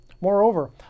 Moreover